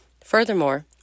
Furthermore